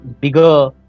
bigger